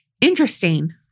interesting